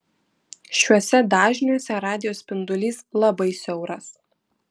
šiuose dažniuose radijo spindulys labai siauras